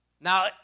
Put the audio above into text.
Now